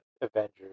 Avengers